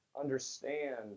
understand